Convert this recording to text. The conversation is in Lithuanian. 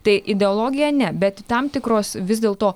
tai ideologija ne bet tam tikros vis dėlto